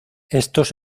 estos